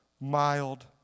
mild